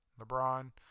LeBron